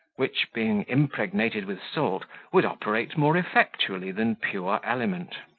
which, being impregnated with salt, would operate more effectually than pure element.